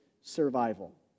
survival